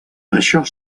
això